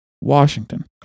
Washington